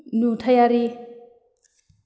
नुथायारि